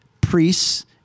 priests